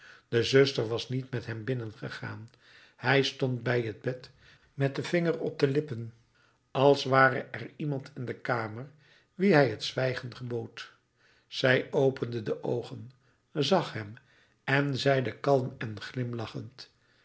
de zuster was niet met hem binnengegaan hij stond bij het bed met den vinger op de lippen als ware er iemand in de kamer wien hij het zwijgen gebood